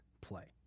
play